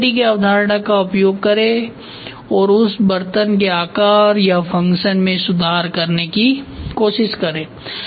modularity की अवधारणा का उपयोग करें और उस बर्तन के आकार या फ़ंक्शन में सुधार करने की कोशिश करें